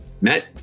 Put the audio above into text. Matt